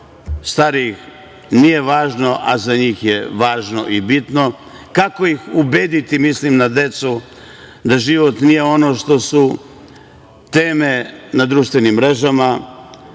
starije nije važno, a za njih je važno i bitno. Kako ih ubediti, mislim na decu, da život nije ono što su teme na društvenim mrežama,